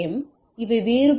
M 802